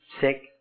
sick